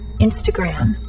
Instagram